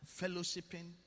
fellowshipping